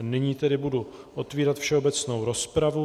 Nyní tedy budu otvírat všeobecnou rozpravu.